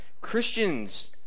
Christians